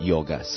Yoga